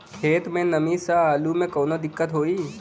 खेत मे नमी स आलू मे कऊनो दिक्कत होई?